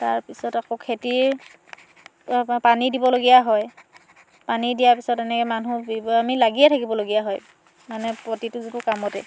তাৰপিছত আকৌ খেতিৰ পানী দিবলগীয়া হয় পানী দিয়াৰ পিছত এনেকে মানুহ আমি লাগিয়েই থাকিবলগীয়া হয় মানে প্ৰতিটো কামতে